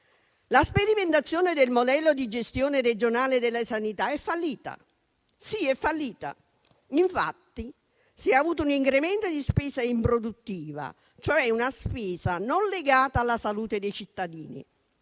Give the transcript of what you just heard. La sperimentazione del modello di gestione regionale della sanità è fallita, infatti si è avuto un incremento della spesa improduttiva, cioè quella non legata alla salute dei cittadini.